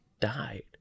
died